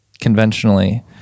conventionally